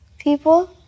people